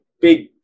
big